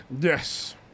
yes